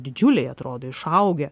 didžiuliai atrodo išaugę